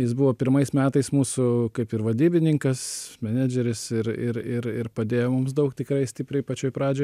jis buvo pirmais metais mūsų kaip ir vadybininkas menedžeris ir ir ir ir padėjo mums daug tikrai stipriai pačioj pradžioj